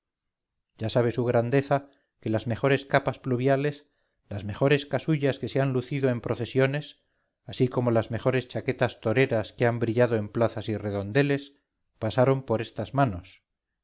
ya sabe su grandeza que las mejores capas pluviales las mejores casullas que se han lucido en procesiones así como las mejores chaquetas toreras que han brillado en plazas y redondeles pasaron por estas manos